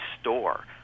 store